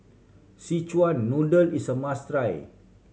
Szechuan Noodle is a must try